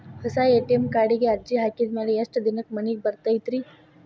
ಹೊಸಾ ಎ.ಟಿ.ಎಂ ಕಾರ್ಡಿಗೆ ಅರ್ಜಿ ಹಾಕಿದ್ ಮ್ಯಾಲೆ ಎಷ್ಟ ದಿನಕ್ಕ್ ಮನಿಗೆ ಬರತೈತ್ರಿ?